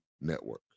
Network